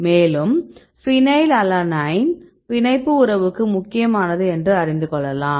மேலும் ஃபினைலலனைன் பிணைப்பு உறவுக்கு முக்கியமானது என்று அறிந்து கொள்ளலாம்